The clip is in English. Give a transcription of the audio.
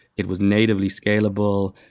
it was natively scalable,